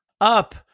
up